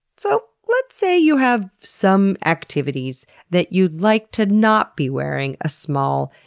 so, let's say you have some activities that you'd like to not be wearing a small,